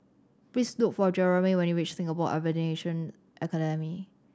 please look for Jeramie when you reach Singapore Aviation Academy